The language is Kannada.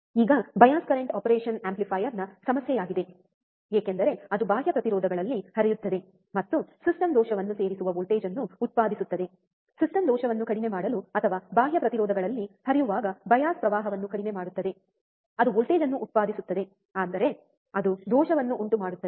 ಈಗ ಬಯಾಸ್ ಕರೆಂಟ್ ಆಪರೇಷನ್ ಆಂಪ್ಲಿಫೈಯರ್ನ ಸಮಸ್ಯೆಯಾಗಿದೆ ಏಕೆಂದರೆ ಅದು ಬಾಹ್ಯ ಪ್ರತಿರೋಧಗಳಲ್ಲಿ ಹರಿಯುತ್ತದೆ ಮತ್ತು ಸಿಸ್ಟಮ್ ದೋಷವನ್ನು ಸೇರಿಸುವ ವೋಲ್ಟೇಜ್ ಅನ್ನು ಉತ್ಪಾದಿಸುತ್ತದೆ ಸಿಸ್ಟಮ್ ದೋಷವನ್ನು ಕಡಿಮೆ ಮಾಡಲು ಅಥವಾ ಬಾಹ್ಯ ಪ್ರತಿರೋಧಗಳಲ್ಲಿ ಹರಿಯುವಾಗ ಬಯಾಸ್ ಪ್ರವಾಹವನ್ನು ಕಡಿಮೆ ಮಾಡುತ್ತದೆ ಅದು ವೋಲ್ಟೇಜ್ ಅನ್ನು ಉತ್ಪಾದಿಸುತ್ತದೆ ಅಂದರೆ ಅದು ದೋಷವನ್ನು ಉಂಟುಮಾಡುತ್ತದೆ